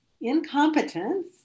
incompetence